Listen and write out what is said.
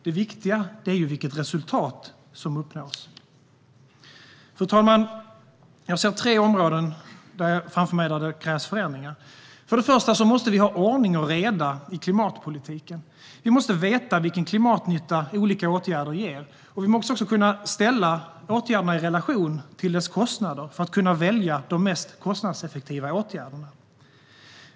Det viktiga är vilket resultat som uppnås. Fru talman! Jag ser tre områden framför mig där det krävs förändringar. För det första måste vi ha ordning och reda i klimatpolitiken. Vi måste veta vilken klimatnytta olika åtgärder ger, och vi måste också kunna ställa åtgärderna i relation till deras kostnader för att kunna välja de mest kostnadseffektiva åtgärderna.